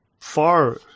far